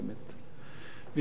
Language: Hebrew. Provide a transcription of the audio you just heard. וכך אני מתייחס